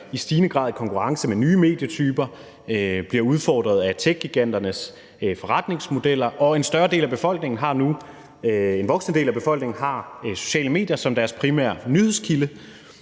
i stigende grad i konkurrence med nye medietyper og bliver udfordret af techgiganternes forretningsmodeller, og en voksende del af befolkningen har nu sociale medier som deres primære nyhedskilde,